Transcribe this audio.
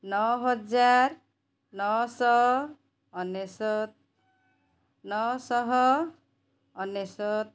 ନଅହଜାର ନଅଶହଅନେଶତ ନଅଶହଅନେଶତ